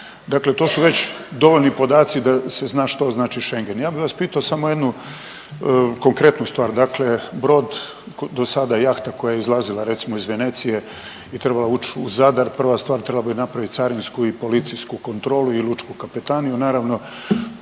Dakle to su već dovoljni podaci da se zna što znači Schengen. Ja bi vas pitao samo jednu konkretnu stvar, dakle brod, dosada jahta koja je izlazila recimo iz Venecije bi trebala uć u Zadar, prva stvar trebalo bi napravit carinsku i policijsku kontrolu i lučku kapetaniju naravno,